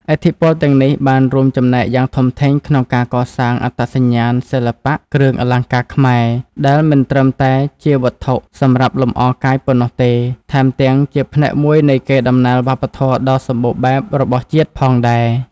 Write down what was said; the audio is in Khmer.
ឥទ្ធិពលទាំងនេះបានរួមចំណែកយ៉ាងធំធេងក្នុងការកសាងអត្តសញ្ញាណសិល្បៈគ្រឿងអលង្ការខ្មែរ ដែលមិនត្រឹមតែជាវត្ថុសម្រាប់លម្អកាយប៉ុណ្ណោះទេ ថែមទាំងជាផ្នែកមួយនៃកេរដំណែលវប្បធម៌ដ៏សម្បូរបែបរបស់ជាតិផងដែរ។